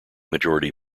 majority